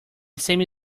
semi